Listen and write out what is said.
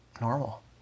normal